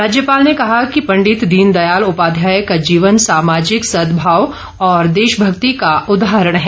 राज्यपाल ने कहा कि पंडित दीनदयाल उपाध्याय का जीवन सामाजिक संदभाव और देशभक्ति का उदाहरण है